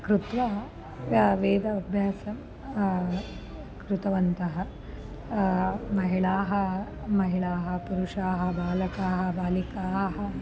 कृत्वा वेदाभ्यासं कृतवन्तः महिलाः महिलाः पुरुषाः बालकाः बालिकाः